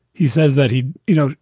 he says that he you know,